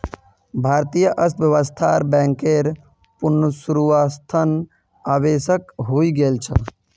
भारतीय अर्थव्यवस्थात बैंकेर पुनरुत्थान आवश्यक हइ गेल छ